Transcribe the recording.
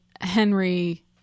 Henry